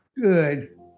good